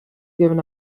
given